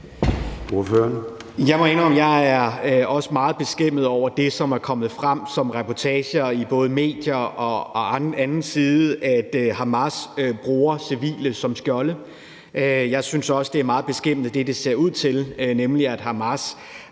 jeg er meget beskæmmet over at høre det, som er kommet frem i både reportager i medierne og fra anden side, om, at Hamas bruger civile som skjolde. Jeg synes også, det er meget beskæmmende, at det ser ud til, at Hamas